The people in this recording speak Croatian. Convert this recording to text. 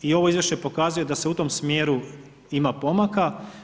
I ovo izvješće pokazuje da se u tom smjeru ima pomaka.